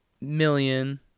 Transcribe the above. million